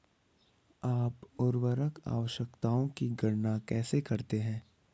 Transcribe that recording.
आप उर्वरक आवश्यकताओं की गणना कैसे करते हैं?